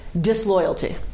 disloyalty